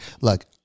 Look